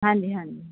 ਹਾਂਜੀ ਹਾਂਜੀ